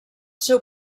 seu